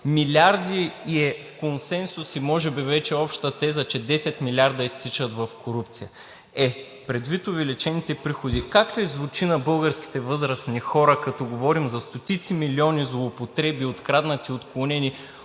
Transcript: милиарди. И е консенсус, и може би вече обща теза, че 10 милиарда изтичат в корупция. Е, предвид увеличените приходи, как ли звучи на българските възрастни хора, като говорим за стотици милиони злоупотреби – откраднати, отклонени